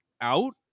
out